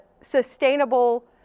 sustainable